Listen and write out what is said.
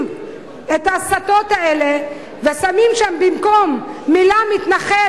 את ההסתות האלה ושמים שם במקום המלה "מתנחל",